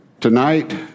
Tonight